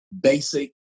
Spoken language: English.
basic